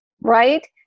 right